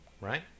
right